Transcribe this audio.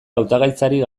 hautagaitzarik